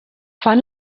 fan